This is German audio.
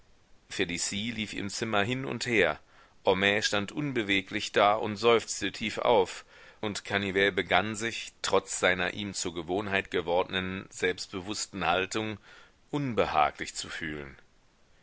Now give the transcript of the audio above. felicie lief im zimmer hin und her homais stand unbeweglich da und seufzte tief auf und canivet begann sich trotz seiner ihm zur gewohnheit gewordnen selbstbewußten haltung unbehaglich zu fühlen